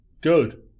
Good